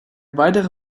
weitere